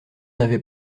avait